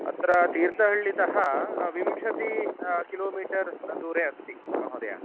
अत्र तीर्थहळ्ळितः विंशतिः किलोमीटर् दूरे अस्ति महोदय